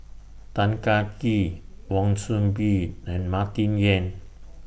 Tan Kah Kee Wan Soon Bee and Martin Yan